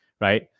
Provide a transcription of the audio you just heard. right